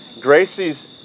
Gracie's